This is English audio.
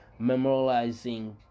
memorializing